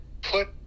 put